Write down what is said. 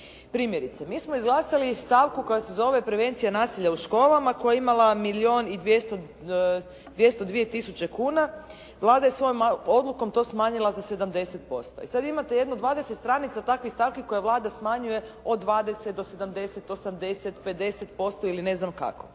Primjerice mi smo izglasali stavku koja se zove prevencija nasilja u školama koja je imala milijun i 202 tisuće kuna, Vlada je svojom odlukom to smanjila za 70%. I sada imate jedno 20 stranica takvih stavki koje Vlada smanjuje od 20 do 70, 80, 50% ili ne znam kako.